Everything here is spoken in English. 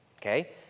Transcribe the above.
okay